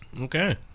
Okay